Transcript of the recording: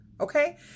Okay